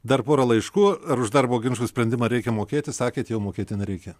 dar porą laiškų ar už darbo ginčų sprendimą reikia mokėti sakėt jau mokėti nereikia